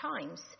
times